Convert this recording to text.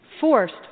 forced